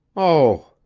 oh!